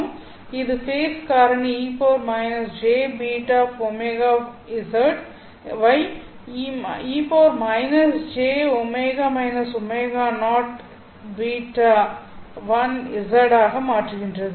இது ஃபேஸ் காரணி e jβωz வை e jω ω0β1z ஆக மாற்றுகின்றது